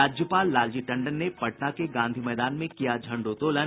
राज्यपाल लालजी टंडन ने पटना के गांधी मैदान में किया झण्डोत्तोलन